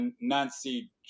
Nancy